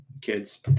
kids